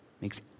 makes